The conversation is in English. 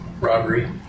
robbery